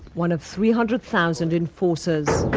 one of three hundred thousand enforces.